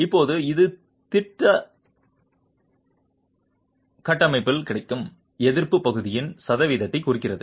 இப்போது இது திட்ட கட்டமைப்பில் கிடைக்கும் எதிர்ப்பு பகுதியின் சதவீதத்தை குறிக்கிறது